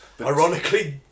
ironically